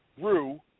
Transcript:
Rue